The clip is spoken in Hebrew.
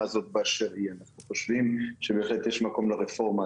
הזאת --- אנחנו חושבים שבהחלט יש מקום לרפורמה,